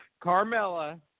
Carmella